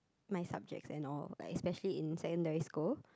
my subjects and all especially in secondary school